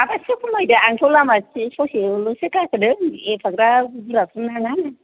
ओमफ्राय एसे खमायदो आंथ' लामा ससेल'सो गाखोदों एफाग्राब बिदि गाखोनायावनो